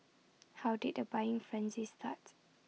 how did the buying frenzy starts